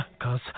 Cause